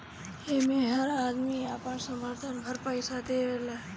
एमे हर आदमी अपना सामर्थ भर पईसा देवेला